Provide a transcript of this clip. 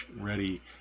ready